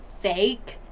fake